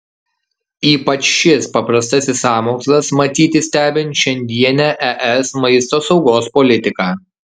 ypač šis paprastasis sąmokslas matyti stebint šiandienę es maisto saugos politiką